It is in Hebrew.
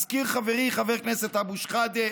הזכיר חברי חבר הכנסת אבו שחאדה